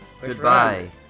Goodbye